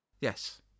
Yes